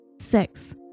Six